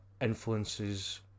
influences